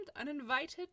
uninvited